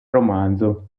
romanzo